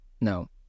no